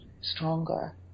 stronger